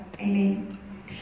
Amen